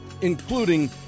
including